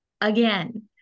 again